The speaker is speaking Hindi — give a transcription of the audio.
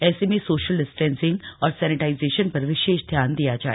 ऐसे में सोशल डिस्टेंसिंग और सैनेटाईजेशन पर विशेष ध्यान दिया जाए